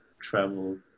travel